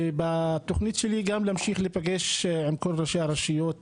ובתכנית שלי גם להמשיך להיפגש עם כל ראשי הרשויות